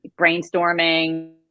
brainstorming